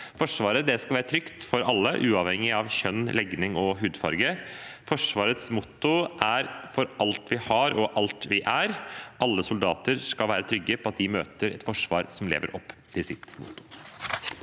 Forsvaret skal være trygt for alle, uavhengig av kjønn, legning og hudfarge. Forsvarets motto er «For alt vi har. Og alt vi er». Alle soldater skal være trygge på at de møter et forsvar som lever opp til sitt motto.